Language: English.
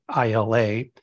ILA